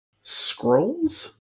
scrolls